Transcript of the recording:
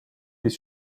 des